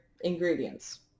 ingredients